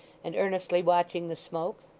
and earnestly watching the smoke.